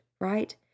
right